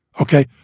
Okay